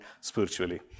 spiritually